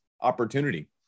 opportunity